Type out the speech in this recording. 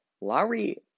Lowry